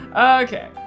Okay